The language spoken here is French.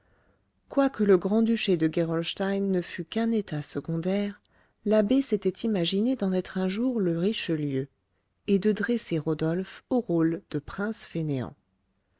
quoique le grand duché de gerolstein ne fût qu'un état secondaire l'abbé s'était imaginé d'en être un jour le richelieu et de dresser rodolphe au rôle de prince fainéant